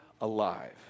alive